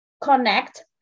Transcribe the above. Connect